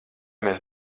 mēs